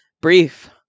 Brief